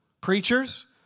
Preachers